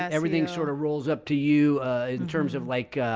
everything's sort of rolls up to you in terms of like,